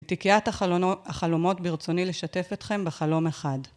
בתיקיית החלומות ברצוני לשתף אתכם בחלום אחד.